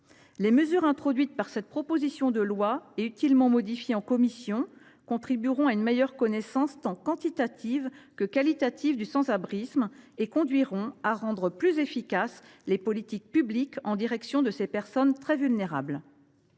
Les mesures introduites par cette proposition de loi et utilement modifiées en commission contribueront à une meilleure connaissance tant quantitative que qualitative du phénomène. Elles conduiront à rendre plus efficaces les politiques publiques prises en direction de ces personnes très vulnérables.